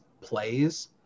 plays